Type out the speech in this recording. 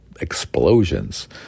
explosions